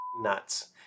nuts